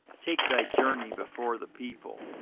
take thy journey before the people,